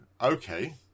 okay